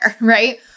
Right